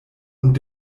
und